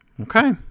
Okay